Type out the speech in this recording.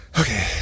Okay